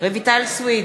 רויטל סויד,